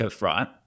right